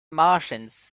martians